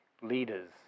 leaders